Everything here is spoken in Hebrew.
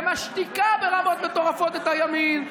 ומשתיק ברמות מטורפות את הימין.